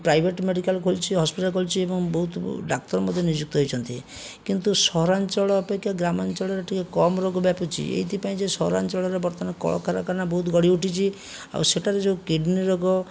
private medical ଖୋଲିଛି hospital ଖୋଲିଛି ଏବଂ ବହୁତ ଡାକ୍ତର ମଧ୍ୟ ନିଯୁକ୍ତ ହେଇଛନ୍ତି କିନ୍ତୁ ସହରାଞ୍ଚଳ ଅପେକ୍ଷା ଗ୍ରାମାଞ୍ଚଳରେ ଟିକିଏ କମ୍ ରୋଗ ବ୍ୟାପୁଛି ଏଇଥିପାଇଁ ଯେ ସହରାଞ୍ଚଳରେ ବର୍ତ୍ତମାନ କଳକାରଖାନା ବହୁତ ଗଢ଼ିଉଠିଛି ଆଉ ସେଠାରେ ଯେଉଁ କିଡି଼ନି ରୋଗ